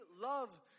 love